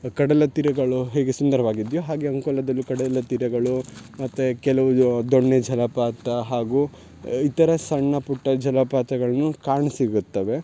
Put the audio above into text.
ಕಡಲ ತೀರಗಳು ಹೇಗೆ ಸುಂದರವಾಗಿದ್ಯೋ ಹಾಗೆ ಅಂಕೋಲದಲ್ಲೂ ಕಡಲ ತೀರಗಳು ಮತ್ತು ಕೆಲವದು ದೊಣ್ಣೆ ಜಲಪಾತ ಹಾಗೂ ಇತರ ಸಣ್ಣ ಪುಟ್ಟ ಜಲಪಾತಗಳನ್ನು ಕಾಣಸಿಗುತ್ತವೆ